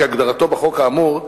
כהגדרתו בחוק האמור,